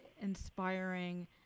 inspiring